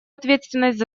ответственность